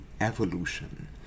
evolution